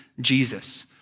Jesus